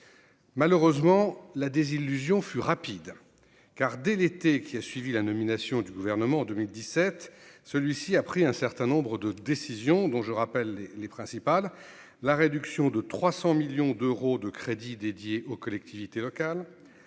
malheureusement la désillusion fut rapide car dès l'été qui a suivi la nomination du gouvernement en 2017, celui-ci a pris un certain nombre de décisions dont je rappelle les les principales : la réduction de 300 millions d'euros de crédits dédiés aux collectivités locales,